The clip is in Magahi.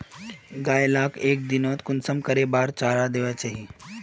गाय लाक एक दिनोत कुंसम करे बार चारा देना चही?